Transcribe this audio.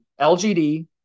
LGD